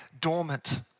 dormant